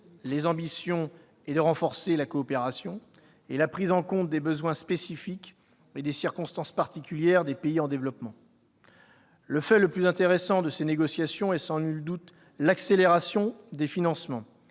les ambitions et de renforcer la coopération », et la prise en compte des besoins spécifiques et des circonstances particulières des pays en développement. Le fait le plus intéressant de ces négociations est sans nul doute l'accélération des financements,